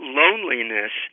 loneliness